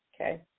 Okay